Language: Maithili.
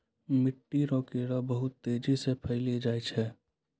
मिट्टी रो कीड़े बहुत तेजी से फैली जाय छै